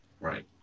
Right